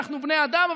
אנחנו בני אדם,